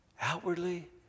Outwardly